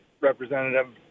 representative